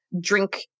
Drink